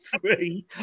three